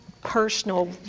personal